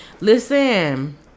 Listen